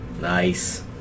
Nice